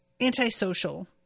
antisocial